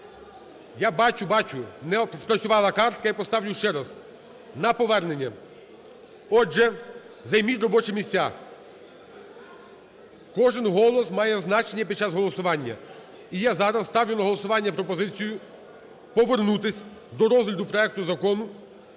Я бачу, бачу. Не спрацювала картка, я поставлю ще раз на повернення. Отже, займіть робочі місця. кожен голос має значення під час голосування, і я зараз ставлю на голосування пропозицію повернутися до розгляду проекту Закону